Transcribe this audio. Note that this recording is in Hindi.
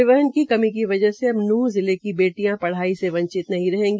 परिवहन की कमी की वजह से अब नूंह जिले की बेटियां पढाई से वंचित नहीं रहेगी